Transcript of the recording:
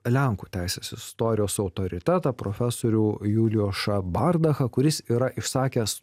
lenkų teisės istorijos autoritetą profesorių julių ošabardachą kuris yra išsakęs